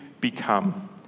become